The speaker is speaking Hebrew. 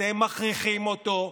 אתם מכריחים אותו.